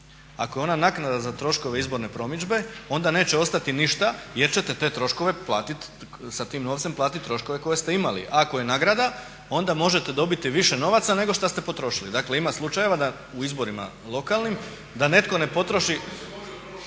Ako je ona naknada za troškove izborne promidžbe onda neće ostati ništa jer ćete te troškove platit, sa tim novcem platit troškove koje ste imali. Ako je nagrada onda možete dobiti više novaca nego šta ste potrošili. Dakle ima slučajeva u izborima lokalnim da netko ne potroši…